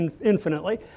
infinitely